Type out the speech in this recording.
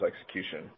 execution